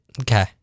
Okay